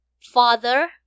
Father